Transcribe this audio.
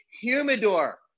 humidor